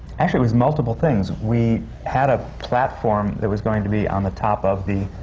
actually, it was multiple things. we had a platform that was going to be on the top of the